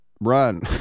run